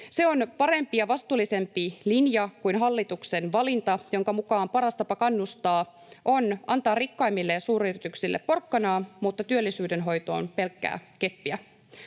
Se on parempi ja vastuullisempi linja kuin hallituksen valinta, jonka mukaan paras tapa kannustaa on antaa rikkaimmille ja suuryrityksille porkkanaa mutta työllisyydenhoitoon pelkkää keppiä.